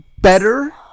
better